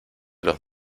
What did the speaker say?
los